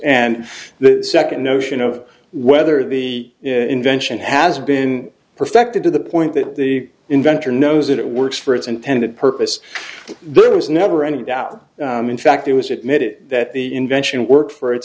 and the second notion of whether the invention has been perfected to the point that the inventor knows it works for its intended purpose but it was never any doubt in fact it was admitted that the invention worked for it